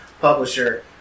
publisher